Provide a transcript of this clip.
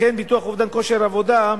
לכן ביטוח אובדן כושר עבודה,